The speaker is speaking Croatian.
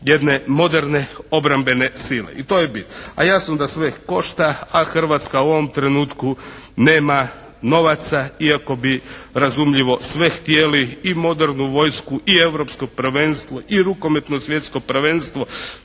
jedne moderne obrambene sile. I to je bit. A jasno da sve košta a Hrvatska u ovom trenutku nema novaca iako bi razumljivo sve htjeli. I modernu vojsku i europsko prvenstvo, i rukometno svjetsko prvenstvo